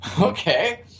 okay